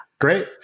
Great